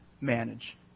manage